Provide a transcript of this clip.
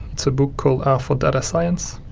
it's a book called r for data science,